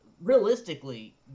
realistically